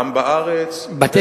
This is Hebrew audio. גם בארץ וגם בחוץ-לארץ.